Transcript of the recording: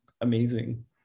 amazing